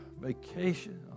vacation